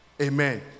amen